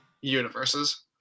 universes